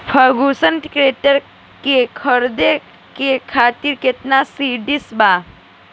Ferguson tractor के खरीद करे खातिर केतना सब्सिडी बा?